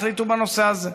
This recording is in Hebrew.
החליטו בנושא הזה.